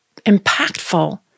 impactful